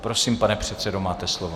Prosím, pane předsedo, máte slovo.